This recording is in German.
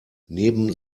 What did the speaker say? neben